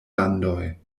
landoj